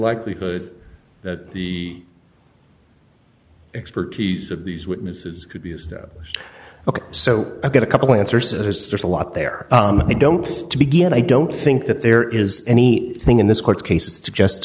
likelihood that the expertise of these witnesses could be used ok so i get a couple answers there's a lot there i don't to begin i don't think that there is any thing in this court case it's just